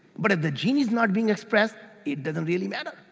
but if the gene is not being expressed it doesn't really matter.